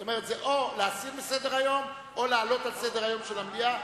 זה או להסיר מסדר-היום או להעלות על סדר-היום של המליאה,